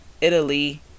italy